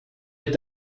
est